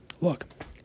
look